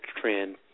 trend